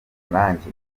nanjye